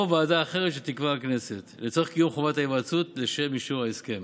או ועדה אחרת שתקבע הכנסת לצורך קיום חובת ההיוועצות לשם אישור ההסכם.